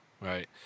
right